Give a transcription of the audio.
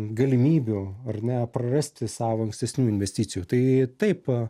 galimybių ar ne prarasti savo ankstesnių investicijų tai taip